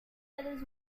feathers